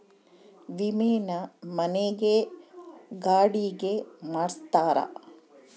ವಿಮೆನ ಮನೆ ಗೆ ಗಾಡಿ ಗೆ ಮಾಡ್ಸ್ತಾರ